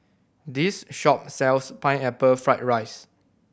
this shop sells Pineapple Fried rice